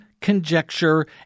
conjecture